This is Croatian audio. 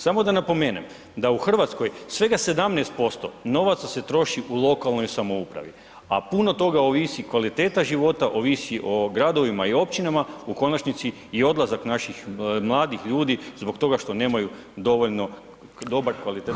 Samo da napomenem da u RH svega 17% novaca se troši u lokalnoj samoupravi a puno toga ovisi kvaliteta života ovisi o gradovima i općinama u konačnici i odlazak naših mladih ljudi zbog toga što nemaju dovoljno dobar, kvalitetan